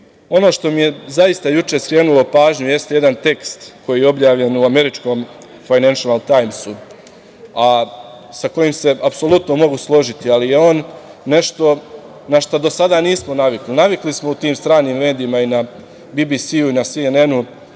što mi je juče skrenulo pažnju jeste jedan tekst koji je objavljen u američkom „Fajnenšal tajmsu“, a sa kojim se apsolutno mogu složiti, ali je on nešto na šta do sada nismo navikli. Navikli smo u tim stranim medijima, na BBC i CNN